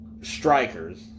strikers